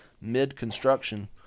mid-construction